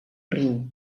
riu